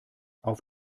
auf